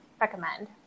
recommend